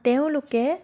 তেওঁলোকে